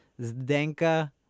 Zdenka